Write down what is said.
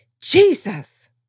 Jesus